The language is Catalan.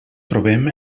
trobem